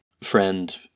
friend